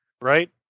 Right